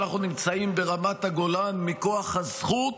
אנחנו נמצאים ברמת הגולן מכוח הזכות